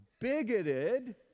bigoted